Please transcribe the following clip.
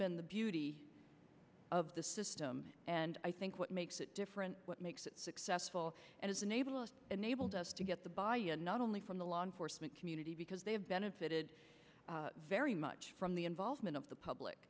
been the beauty of this system and i think what makes it different what makes it successful and is unable enabled us to get the body and not only from the law enforcement community because they have benefited very much from the involvement of the public